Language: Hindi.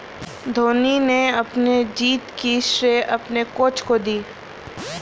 धोनी ने अपनी जीत का श्रेय अपने कोच को दी